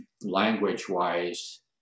language-wise